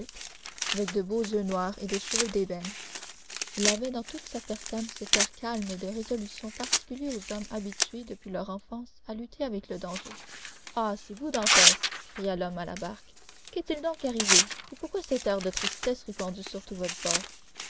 avec de beaux yeux noirs et des cheveux d'ébène il y avait dans toute sa personne cet air calme et de résolution particulier aux hommes habitués depuis leur enfance à lutter avec le danger ah c'est vous dantès cria l'homme à la barque qu'est-il donc arrivé et pourquoi cet air de tristesse répandu sur tout votre